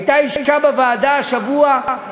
הייתה אישה בוועדה השבוע,